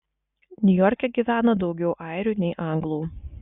niujorke gyveno daugiau airių nei anglų